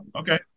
okay